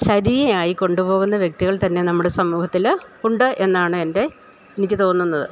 ശരിയായി കൊണ്ടുപോകുന്ന വ്യക്തികൾതന്നെ നമ്മുടെ സമൂഹത്തില് ഉണ്ട് എന്നാണ് എൻ്റെ എനിക്ക് തോന്നുന്നത്